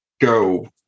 go